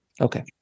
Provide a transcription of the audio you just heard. Okay